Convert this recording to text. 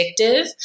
addictive